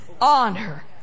honor